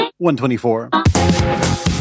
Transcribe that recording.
124